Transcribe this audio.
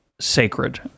sacred